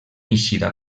eixida